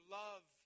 love